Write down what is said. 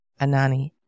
Anani